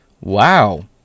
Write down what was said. Wow